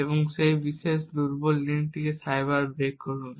এবং সেই বিশেষ দুর্বল লিঙ্কটিকে সাইফার ব্রেক করুন